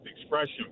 expression